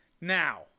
Now